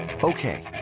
Okay